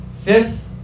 fifth